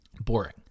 Boring